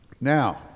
Now